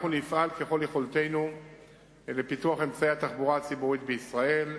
אנחנו נפעל ככל יכולתנו לפיתוח אמצעי התחבורה הציבורית בישראל,